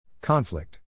Conflict